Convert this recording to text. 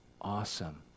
awesome